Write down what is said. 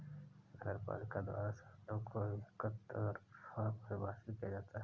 नगरपालिका द्वारा शर्तों को एकतरफा परिभाषित किया जाता है